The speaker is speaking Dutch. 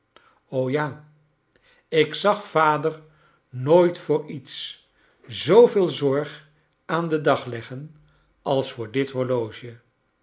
ja ik zag vader nooit voor iets zooveel zorg aan den dag leggen als voor dit horloge